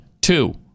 Two